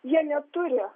jie neturi